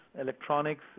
electronics